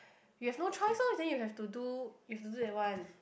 you have no choice lor then you have to do you have to do that one